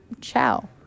ciao